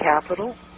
capital